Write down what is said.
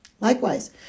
Likewise